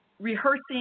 rehearsing